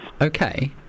Okay